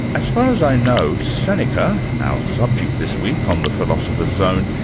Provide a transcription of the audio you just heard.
as far as i know, seneca, our subject this week on the philosopher's zone,